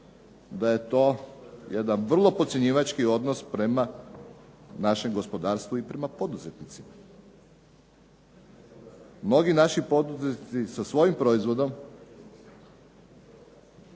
da je to jedan vrlo podcjenjivački odnos prema našem gospodarstvu i prema poduzetnicima. Mnogi naši poduzetnici sa svojim proizvodom